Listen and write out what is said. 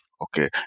Okay